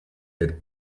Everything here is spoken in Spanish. del